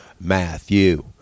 Matthew